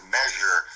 measure